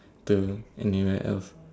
to anywhere else